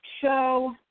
show